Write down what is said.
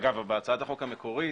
אגב, בהצעת החוק המקורית